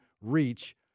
reach